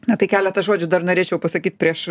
na tai keletą žodžių dar norėčiau pasakyt prieš